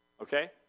Okay